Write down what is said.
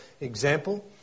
example